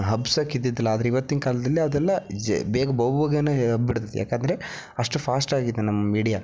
ಹಬ್ಸಕ್ಕೆ ಇದ್ದಿದ್ದಿಲ್ಲ ಆದರೆ ಇವತ್ತಿನ ಕಾಲದಲ್ಲಿ ಅದೆಲ್ಲ ಜೆ ಬೇಗ ಬಹುಬೇಗನೆ ಹಬ್ಬಿಡತ್ತೆ ಏಕಂದ್ರೆ ಅಷ್ಟು ಫಾಸ್ಟಾಗಿದೆ ನಮ್ಮ ಮೀಡಿಯಾ